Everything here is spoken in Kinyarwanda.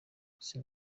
rwose